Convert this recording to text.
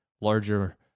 larger